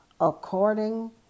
according